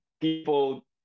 people